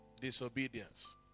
disobedience